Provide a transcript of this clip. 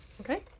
Okay